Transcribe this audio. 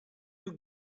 you